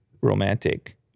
romantic